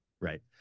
right